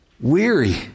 weary